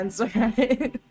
Okay